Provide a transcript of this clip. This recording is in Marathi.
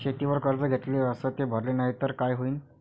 शेतीवर कर्ज घेतले अस ते भरले नाही तर काय होईन?